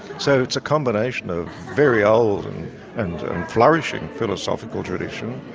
so it's a combination of very old and flourishing philosophical tradition,